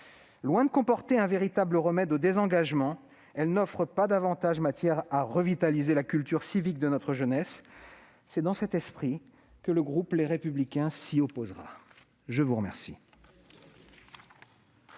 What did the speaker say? Loin de comporter un véritable remède au désengagement, elle n'offre pas davantage matière à revitaliser la culture civique de notre jeunesse. C'est dans cet esprit que le groupe Les Républicains s'y opposera. Quelle surprise